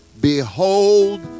Behold